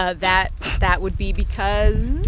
ah that that would be because.